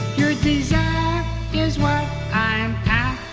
your desire is what i'm